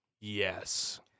Yes